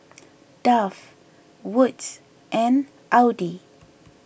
Dove Wood's and Audi